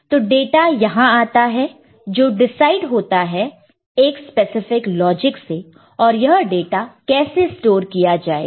तो डाटा यहां आता है जो डिसाइड होता है एक स्पसिफ़िक लॉजिक से और यह डाटा कैसे स्टोर किया जाएगा